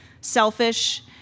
selfish